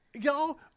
Y'all